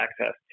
access